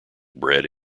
bread